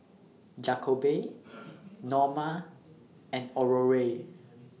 Jakobe Norma and Aurore